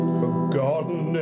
forgotten